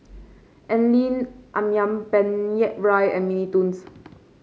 Anlene ayam Penyet Ria and Mini Toons